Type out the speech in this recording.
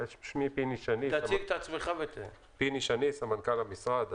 אני סמנכ"ל המשרד.